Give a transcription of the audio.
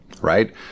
right